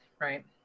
right